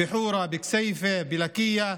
בח'ורה, בכסייפה, בלקיה.